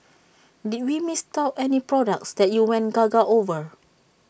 did we miss out any products that you went gaga over